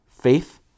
Faith